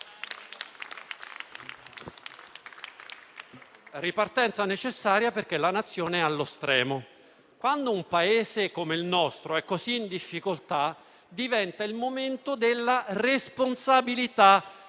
ripartenza che è necessaria perché la Nazione è allo stremo. Quando un Paese come il nostro è così in difficoltà, diventa il momento della responsabilità.